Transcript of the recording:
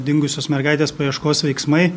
dingusios mergaitės paieškos veiksmai